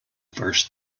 first